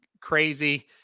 crazy